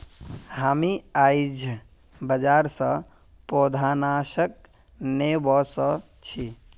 हामी आईझ बाजार स पौधनाशक ने व स छि